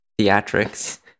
theatrics